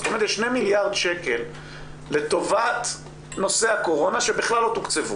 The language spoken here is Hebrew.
זאת אומרת יש 2 מיליארד שקל לטובת נושא הקורונה שבכלל לא תוקצבו.